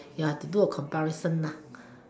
ya to do a comparison lah